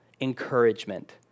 encouragement